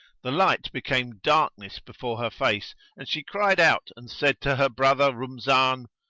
the light became darkness before her face and she cried out and said to her brother rumzan,